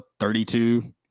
32